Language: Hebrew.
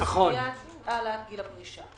בסוגיית גיל הפרישה,